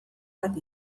bat